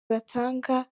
batanga